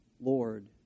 Lord